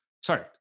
sorry